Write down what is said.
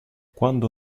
quando